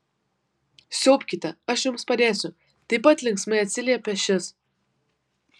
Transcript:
siaubkite aš jums padėsiu taip pat linksmai atsiliepė šis